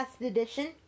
edition